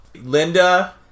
Linda